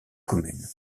commune